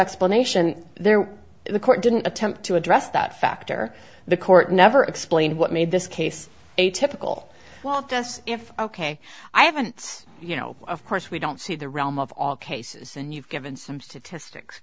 explanation there the court didn't attempt to address that factor the court never explained what made this case atypical well just if ok i haven't you know of course we don't see the realm of all cases and you've given some statistics